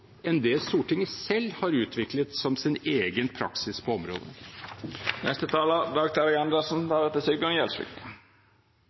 enn det Stortinget selv har utviklet som sin egen praksis på